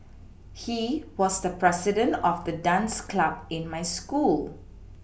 he was the president of the dance club in my school